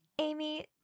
Amy